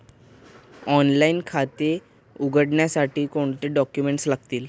Online खाते उघडण्यासाठी कोणते डॉक्युमेंट्स लागतील?